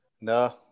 No